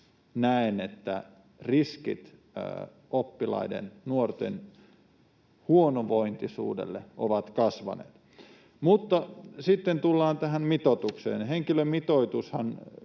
näen, että riskit oppilaiden ja nuorten huonovointisuudelle ovat kasvaneet. Mutta sitten tullaan tähän mitoitukseen: Henkilömitoitushan,